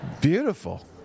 Beautiful